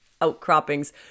outcroppings